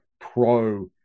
pro